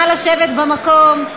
נא לשבת במקום.